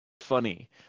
funny